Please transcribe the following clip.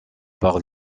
par